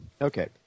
Okay